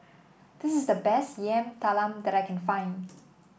this is the best Yam Talam that I can find